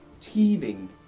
teething